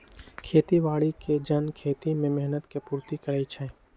खेती बाड़ी के जन खेती में मेहनत के पूर्ति करइ छइ